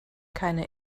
keine